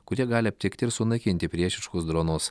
kurie gali aptikt ir sunaikinti priešiškus dronus